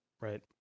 right